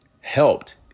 helped